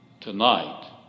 Tonight